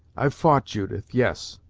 i've fou't, judith yes,